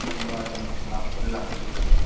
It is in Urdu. ٹھیک ہے وعلیکم السلام اللہ حافظ